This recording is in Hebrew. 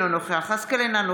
אינו נוכח איתן גינזבורג,